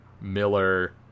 Miller